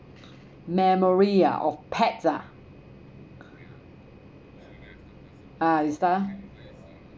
memory ah of pets ah uh